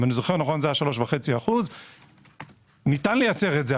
אם אני זוכר נכון זה היה 3.5%. ניתן לייצר את זה.